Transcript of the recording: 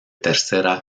tercera